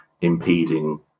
impeding